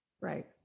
Right